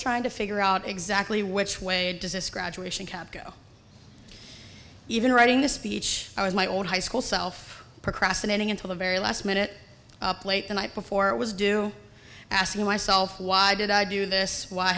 trying to figure out exactly which way does this graduation cap go even writing the speech i was my own high school self procrastinating until the very last minute up late tonight before it was due asking myself why did i do this why